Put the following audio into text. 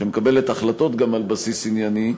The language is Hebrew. שגם מקבלת החלטות על בסיס ענייני,